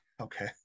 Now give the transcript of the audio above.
Okay